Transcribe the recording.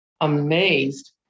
amazed